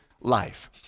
life